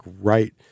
right